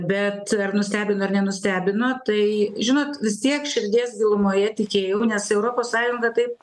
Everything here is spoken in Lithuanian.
bet nustebino ar nenustebino tai žinot vis tiek širdies gilumoje tikėjau nes europos sąjunga taip